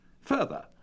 Further